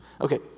Okay